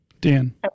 Dan